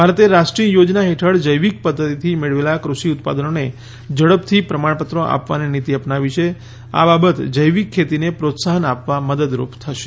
ભારતે રાષ્ટ્રીય યોજના હેઠળ જૈવિક પદ્ધતિથી મેળવેલા કૃષિ ઉત્પાદનોને ઝડપથી પ્રમાણપત્રો આપવાની નીતિ અપનાવી છે આ બાબત જૈવિક ખેતીને પ્રોત્સાહન આપવા મદદરૂપ થશે